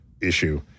issue